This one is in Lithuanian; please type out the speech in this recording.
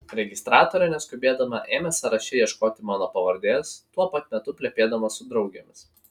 registratorė neskubėdama ėmė sąraše ieškoti mano pavardės tuo pat metu plepėdama su draugėmis